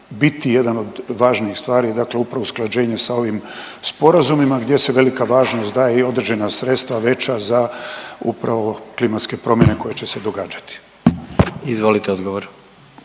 biti jedan od važnijih stvari dakle upravo usklađenje sa ovim sporazumima gdje se velika važnost daje i određena sredstva veća za upravo klimatske promjene koje će se događati. **Jandroković,